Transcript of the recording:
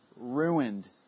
Ruined